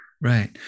Right